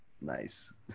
Nice